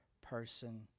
person